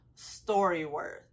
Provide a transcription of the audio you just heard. StoryWorth